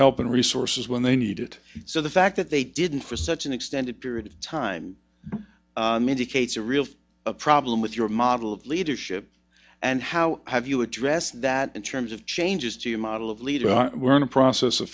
help and resources when they need it so the fact that they didn't for such an extended period of time medicates a real problem with your model of leadership and how have you addressed that in terms of changes to your model of leader we're in a process of